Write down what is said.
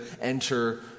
enter